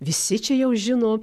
visi čia jau žino